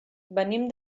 venim